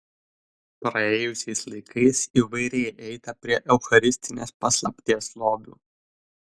praėjusiais laikais įvairiai eita prie eucharistinės paslapties lobių